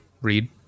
read